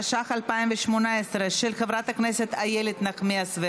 התשע"ח 2018, עברה בקריאה הטרומית.